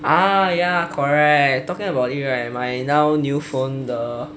ah ya correct talking about it right my now new phone the